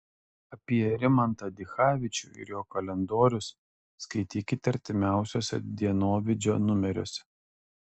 apie rimantą dichavičių ir jo kalendorius skaitykite artimiausiuose dienovidžio numeriuose